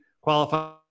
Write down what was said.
Qualify